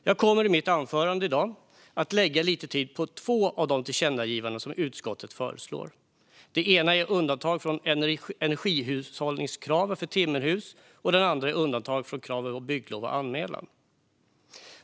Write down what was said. Jag kommer i mitt anförande i dag att lägga lite tid på två av de tillkännagivanden som utskottet föreslår. Det ena gäller undantag från energihushållningskraven för timmerhus, och det andra gäller undantag från kraven på bygglov och anmälan.